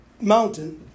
mountain